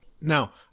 Now